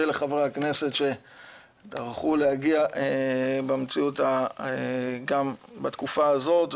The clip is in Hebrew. לחברי הכנסת שטרחו להגיע בתקופה הזאת,